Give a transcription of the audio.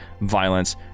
violence